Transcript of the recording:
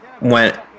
went